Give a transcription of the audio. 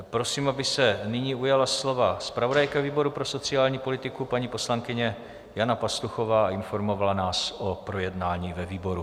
Prosím, aby se nyní ujala slova zpravodajka výboru pro sociální politiku, paní poslankyně Jana Pastuchová, a informovala nás o projednání ve výboru.